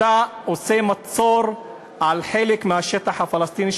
אתה עושה מצור על חלק מהשטח הפלסטיני,